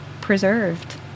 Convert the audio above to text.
preserved